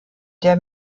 der